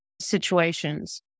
situations